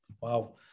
wow